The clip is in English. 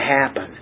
happen